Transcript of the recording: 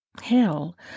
hell